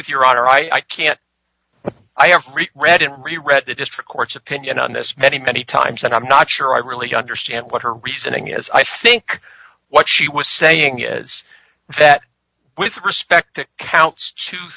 with your daughter i can't well i have read it really read the district court's opinion on this many many times and i'm not sure i really understand what her reasoning is i think what she was saying is that with respect to counts two